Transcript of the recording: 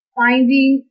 finding